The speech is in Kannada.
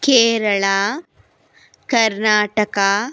ಕೇರಳ ಕರ್ನಾಟಕ